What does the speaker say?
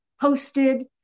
posted